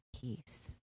peace